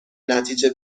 نتیجه